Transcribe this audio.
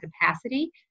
capacity